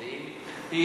במינו.